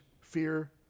fear